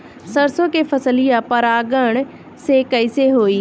सरसो के फसलिया परागण से कईसे होई?